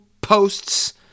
posts